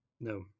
No